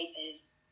papers